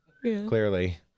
Clearly